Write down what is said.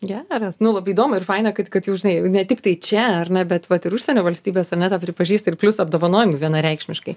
geras nu labai įdomu ir faina kad kad jau žinai jau ne tiktai čia ar ne bet vat ir užsienio valstybės ar ne tą pripažįsta ir plius apdovanojami vienareikšmiškai